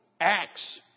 acts